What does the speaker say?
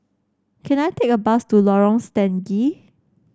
can I take a bus to Lorong Stangee